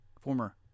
former